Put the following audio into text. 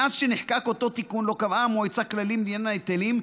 מאז שנחקק אותו תיקון לא קבעה המועצה כללים לעניין היטלים,